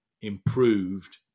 improved